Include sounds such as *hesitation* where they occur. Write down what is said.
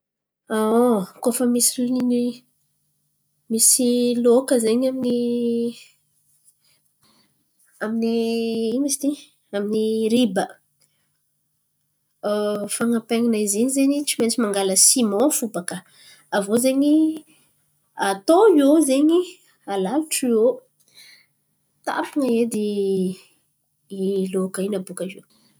*hesitation* Koa fa misy liny misy loaka zen̈y amin'ny amin'ny ino ma izy ty amin'ny riba *hesitation* fan̈apen̈ana izy in̈y zen̈y tsy maintsy mangala siman fo bàka. Aviô zen̈y atao iô zen̈y alalotro iô tampin̈a edy i loaka in̈y abôkaiô.